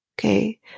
Okay